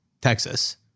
Texas